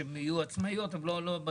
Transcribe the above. שהן יהיו עצמאיות, אבל לא בעיריות.